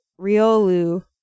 Riolu